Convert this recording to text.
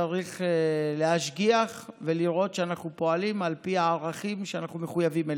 צריך להשגיח ולראות שאנחנו פועלים על פי הערכים שאנחנו מחויבים אליהם.